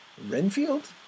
Renfield